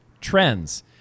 trends